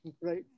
right